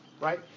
right